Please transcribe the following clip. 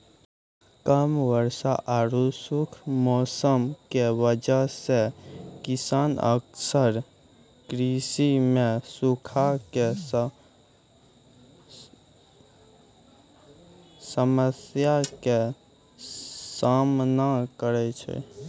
कम वर्षा आरो खुश्क मौसम के वजह स किसान अक्सर कृषि मॅ सूखा के समस्या के सामना करै छै